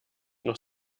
noch